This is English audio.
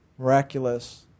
Miraculous